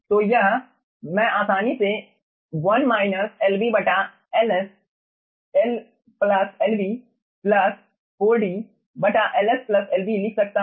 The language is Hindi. तो यह मैं आसानी से 1 माइनस Lb बटा Ls Lb प्लस 4 DLs Lbलिख सकता हूं